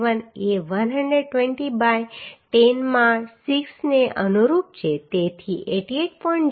7 એ 120 બાય 10 માં 6 ને અનુરૂપ છે તેથી 88